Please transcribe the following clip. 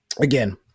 again